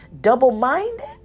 double-minded